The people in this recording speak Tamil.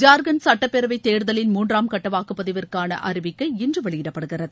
ஜார்கண்ட் சுட்டப்பேரவை தேர்தலின் மூன்றாம் கட்ட வாக்குப்பதிவிற்கான அறிவிக்கை இன்று வெளியிடப்படுகிறது